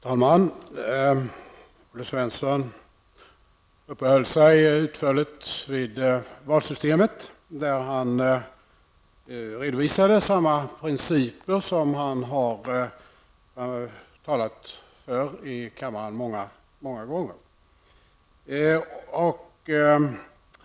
Herr talman! Olle Svensson uppehöll sig utförligt vid frågan om vårt valsystem och redovisade samma principer som han har talat för i denna kammare många många gånger.